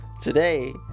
today